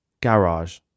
Garage